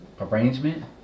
Arrangement